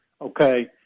Okay